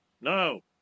No